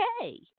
okay